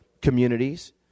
communities